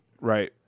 right